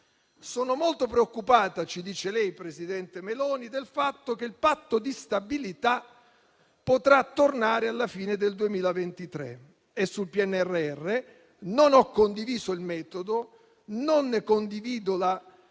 Sono molto preoccupata - ci dice lei, presidente Meloni - del fatto che il Patto di stabilità potrà tornare alla fine del 2023 e sul PNRR non ho condiviso il metodo, non ne condivido la